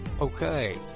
Okay